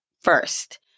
first